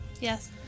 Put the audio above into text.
Yes